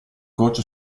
coach